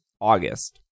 August